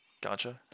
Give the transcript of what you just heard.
Gotcha